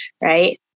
right